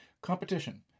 Competition